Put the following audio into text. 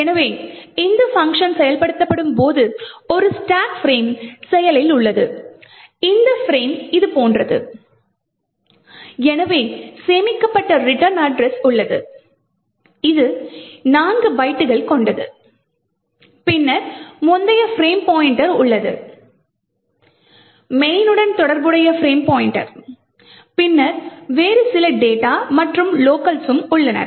எனவே இந்த பங்க்ஷன் செயல்படுத்தப்படும் போது ஒரு ஸ்டாக் ஃபிரேம் செயலில் உள்ளது இந்த ஃபிரேம் இதுபோன்றது எனவே சேமிக்கப்பட்ட ரிட்டர்ன் முகவரி உள்ளது இது 4 பைட்டுகள் கொண்டது பின்னர் முந்தைய ஃபிரேம் பாய்ண்ட்டர் உள்ளது main உடன் தொடர்புடைய ஃபிரேம் பாய்ண்ட்டர் பின்னர் வேறு சில டேட்டா மற்றும் லோக்கல்ஸ் உள்ளனர்